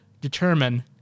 determine